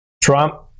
Trump